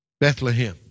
Bethlehem